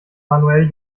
manuell